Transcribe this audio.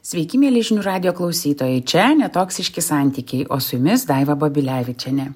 sveiki mieli žinių radijo klausytojai čia netoksiški santykiai o su jumis daivą babilevičienė